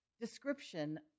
description